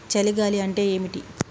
చలి గాలి అంటే ఏమిటి?